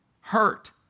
hurt